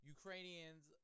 Ukrainians